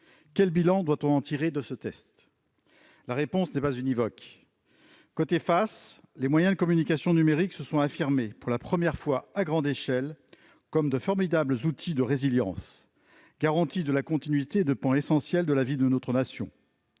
Quel bilan doit-on tirer de ce test ? La réponse n'est pas univoque. Côté pile, les moyens de communication numérique se sont affirmés, pour la première fois à grande échelle, comme de formidables outils de résilience et de garantie de la continuité de pans essentiels de la vie de notre nation.